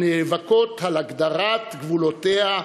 הנאבקות על הגדרת גבולות הדמוקרטיה,